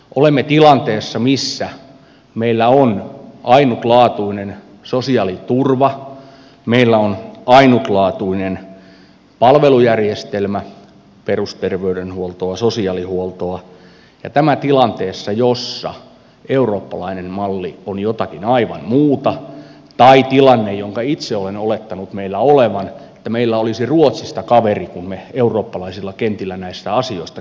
olemme tilanteessa missä meillä on ainutlaatuinen sosiaaliturva meillä on ainutlaatuinen palvelujärjestelmä perusterveydenhuoltoa sosiaalihuoltoa ja tämä tilanteessa jossa eurooppalainen malli on jotakin aivan muuta tai tilanteessa jonka itse olen olettanut meillä olevan että meillä olisi ruotsista kaveri kun me eurooppalaisilla kentillä näistä asioista keskustelemme